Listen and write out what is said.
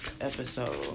episode